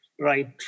right